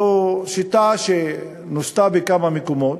זו שיטה שנוסתה בכמה מקומות,